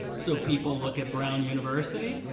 so people look at brown university,